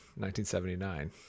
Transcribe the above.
1979